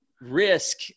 risk